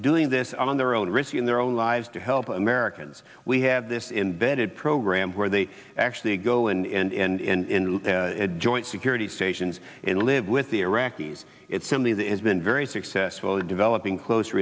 doing this on their own risking their own lives to help americans we have this imbedded program where they actually go in and in a joint security stations and live with the iraqis it's something that has been very successful in developing close